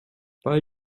weil